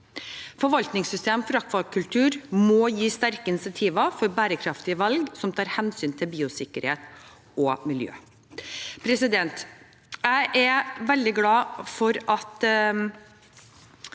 Forvaltningssystemer for akvakultur må gi sterke insentiver for bærekraftige valg som tar hensyn til biosikkerhet og miljø. Jeg er veldig glad for at